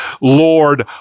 Lord